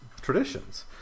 traditions